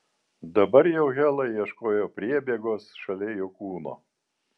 dabar jau hela ieškojo priebėgos šalia jo kūno